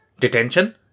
detention